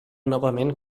novament